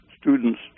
students